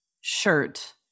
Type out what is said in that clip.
shirt